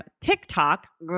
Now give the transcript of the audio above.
TikTok